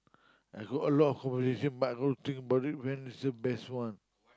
I got a lot of conversation but I gotta think about it man this the best one